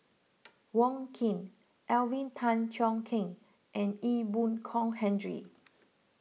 Wong Keen Alvin Tan Cheong Kheng and Ee Boon Kong Henry